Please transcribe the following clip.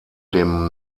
dem